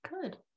good